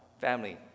family